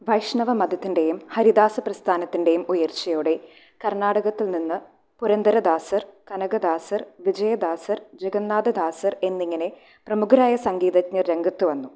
വൈഷ്ണവ മതത്തിൻ്റെയും ഹരിദാസ പ്രസ്ഥാനത്തിൻ്റെയും ഉയർച്ചയോടെ കർണാടകത്തിൽ നിന്ന് പുരന്ദരദാസർ കനകദാസർ വിജയദാസർ ജഗന്നാഥദാസർ എന്നിങ്ങനെ പ്രമുഖരായ സംഗീതജ്ഞർ രംഗത്തുവന്നു